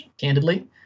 candidly